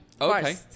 Okay